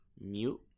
Mute